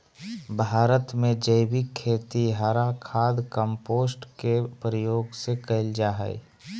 भारत में जैविक खेती हरा खाद, कंपोस्ट के प्रयोग से कैल जा हई